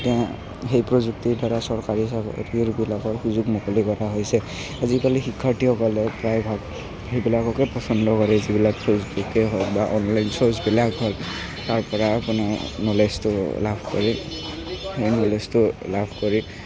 সেই প্ৰযুক্তিৰ দ্বাৰা চৰকাৰী চাকৰিবিলাকৰ সুযোগ মুকলি কৰা হৈছে আজিকালি শিক্ষাৰ্থীসকলে প্ৰায়ভাগ সেইবিলাককে পচন্দ কৰে যিবিলাক প্ৰযুক্তিয়ে হওঁক বা অনলাইন চ'ৰ্চবিলাকে হওক তাৰপৰা আপোনাৰ নলেজটো লাভ কৰি নলেজটো লাভ কৰি